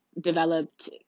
developed